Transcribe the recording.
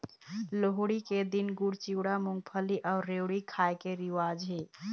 लोहड़ी के दिन गुड़, चिवड़ा, मूंगफली अउ रेवड़ी खाए के रिवाज हे